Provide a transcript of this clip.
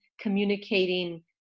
communicating